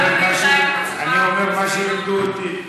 אני אומר מה שלימדו אותי.